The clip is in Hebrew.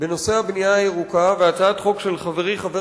בנושא הבנייה הירוקה והצעת חוק של חברי חבר